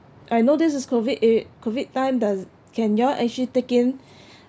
I know this is COVID err COVID time does can you all actually take in